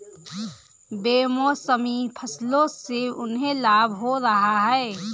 बेमौसमी फसलों से उन्हें लाभ हो रहा है